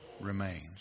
remains